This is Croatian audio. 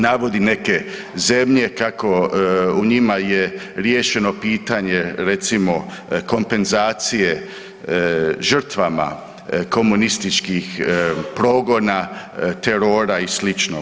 Navodi neke zemlje kako u njima je riješeno pitanje, recimo, kompenzacije žrtvama komunističkih progona, terora i sl.